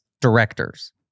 directors